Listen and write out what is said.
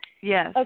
Yes